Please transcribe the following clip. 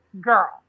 Girl